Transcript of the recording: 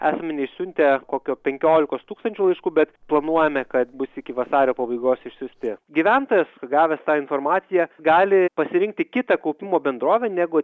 asmenys siuntė kokio penkiolikos tūkstančių laišku bet planuojame kad bus iki vasario pabaigos išsiųsti gyventojas gavęs tą informaciją gali pasirinkti kitą kaupimo bendrovę negu